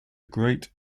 great